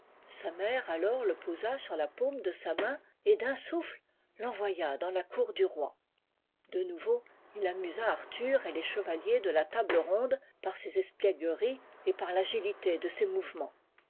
sa mère alors le posa sur la paume de sa main et d'un souffle l'envoya dans la cour du roi de nouveau il amusaarthur et les chevaliers de la table ronde par ses espiègleries et par l'agilité de ses mouvements